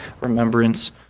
remembrance